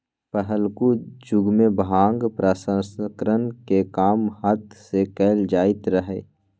पहिलुक जुगमें भांग प्रसंस्करण के काम हात से कएल जाइत रहै